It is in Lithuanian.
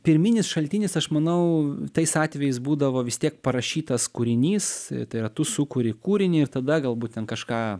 pirminis šaltinis aš manau tais atvejais būdavo vis tiek parašytas kūrinys tai yra tu sukuri kūrinį ir tada galbūt ten kažką